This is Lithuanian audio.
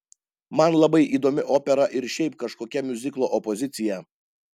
man labai įdomi opera ir šiaip kažkokia miuziklo opozicija